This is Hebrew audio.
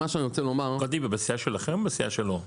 גוטליב בסיעה שלכם או בסיעה שלו?